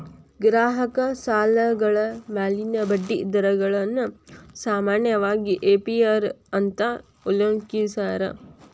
ಗ್ರಾಹಕ ಸಾಲಗಳ ಮ್ಯಾಲಿನ ಬಡ್ಡಿ ದರಗಳನ್ನ ಸಾಮಾನ್ಯವಾಗಿ ಎ.ಪಿ.ಅರ್ ಅಂತ ಉಲ್ಲೇಖಿಸ್ಯಾರ